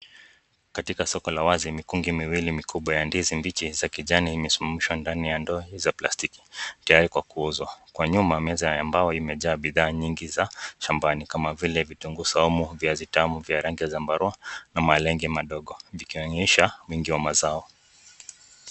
Katika soko la wazi mikungi miwili ya ndizi mbichi za kijani zimesimama kando ya ndoo za plastiki yawekwe kuuzwa. Kwa nyuma yameweza mbao ambayo imejaa bidhaa mingi shambani kama vile vitunguu saumu, viazi tamu vya rangi ya sambarua na malenge madogo vikionyesha wingi wa mazao.